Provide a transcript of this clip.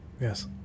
Yes